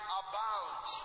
abound